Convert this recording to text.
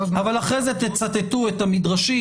אבל אחרי זה תצטטו את המדרשים,